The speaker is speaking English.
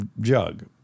jug